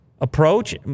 approach